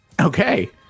okay